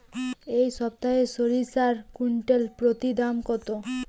এই সপ্তাহে সরিষার কুইন্টাল প্রতি দাম কত?